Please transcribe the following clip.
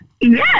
Yes